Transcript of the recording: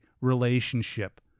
relationship